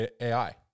ai